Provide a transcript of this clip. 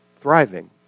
thriving